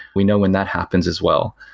we know when that happens as well.